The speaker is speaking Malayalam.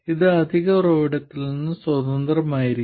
ഇത് അധിക ഉറവിടത്തിൽ നിന്ന് സ്വതന്ത്രമായിരിക്കും